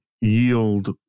yield